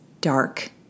dark